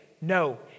no